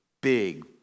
big